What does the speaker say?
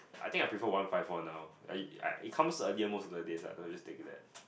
I think I prefer one five four now ugh it comes earlier most of the days lah so I just take it there